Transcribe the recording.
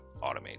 automate